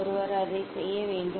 ஒருவர் அதை செய்ய வேண்டும்